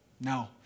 no